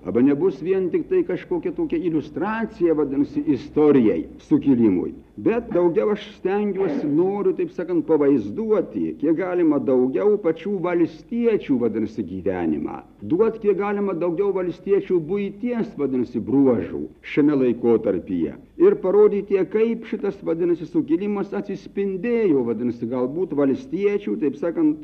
aba nebus vien tiktai kažkokia tokia iliustracija vadinasi istorijai sukilimui bet daugiau aš stengiuosi noriu taip sakant pavaizduoti kiek galima daugiau pačių valstiečių vadinasi gyvenimą duot kiek galima daugiau valstiečių buities vadinasi bruožų šiame laikotarpyje ir parodytie kaip šitas vadinasi sukilimas atsispindėjo vadinasi galbūt valstiečių taip sakant